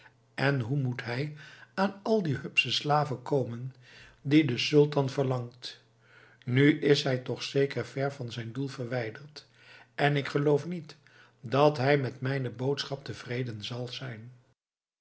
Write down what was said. en hoe moet hij aan al die hupsche slaven komen die de sultan verlangt nu is hij toch zeker ver van zijn doel verwijderd en ik geloof niet dat hij met mijne boodschap tevreden zal zijn